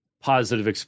positive